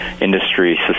industry